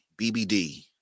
BBD